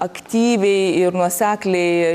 aktyviai ir nuosekliai